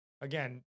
Again